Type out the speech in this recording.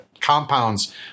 compounds